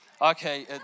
Okay